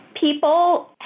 People